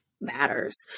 matters